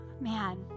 man